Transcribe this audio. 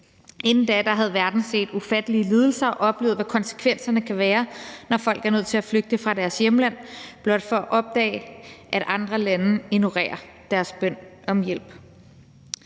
Inden da havde verden set ufattelige lidelser og oplevet, hvad konsekvenserne kan være, når folk er nødt til at flygte fra deres hjemland blot for at opdage, at andre lande ignorerer deres bøn om hjælp.